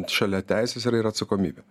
šalia teisės yra ir atsakomybė